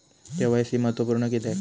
KYC महत्त्वपुर्ण किद्याक?